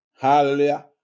hallelujah